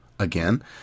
again